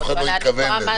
אבל אני תוהה מה זה אוטונומיה.